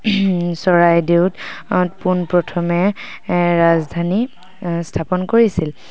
চৰাইদেউত পোনপ্ৰথমে ৰাজধানী স্থাপন কৰিছিল